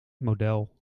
model